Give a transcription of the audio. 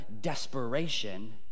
desperation